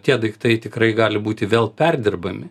tie daiktai tikrai gali būti vėl perdirbami